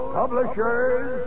publishers